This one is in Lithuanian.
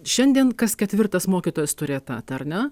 šiandien kas ketvirtas mokytojas turi etatą ar ne